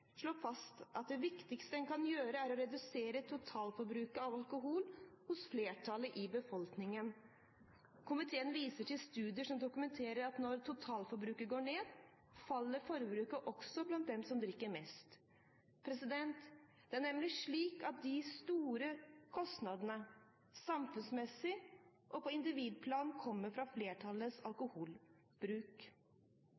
slår fast at det viktigste en kan gjøre er å redusere totalforbruket av alkohol hos flertallet i befolkningen. Komiteen viser til studier som dokumenterer at når totalforbruket går ned, faller forbruket også blant dem som drikker mest. Det er nemlig slik at de store kostnadene, samfunnsmessig og på individplan, kommer fra flertallets